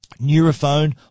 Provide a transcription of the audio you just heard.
Neurophone